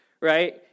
right